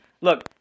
Look